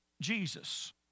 Jesus